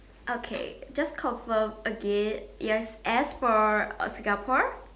okay just confirm again yes S for uh Singapore